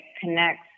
connects